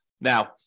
Now